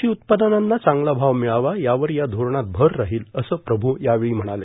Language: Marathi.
कृषी उत्पादनांना चांगला भाव मिळावा यावर या धोरणात भर राहील असं प्रभ् यावेळी म्हणाले